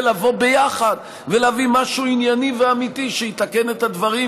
לבוא ביחד ולהביא משהו ענייני ואמיתי שיתקן את הדברים,